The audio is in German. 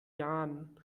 jahren